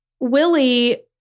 Willie